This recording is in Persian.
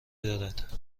دارد